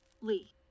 Lee